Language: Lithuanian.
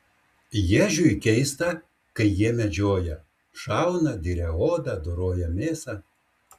ježiui keista kai jie medžioja šauna diria odą doroja mėsą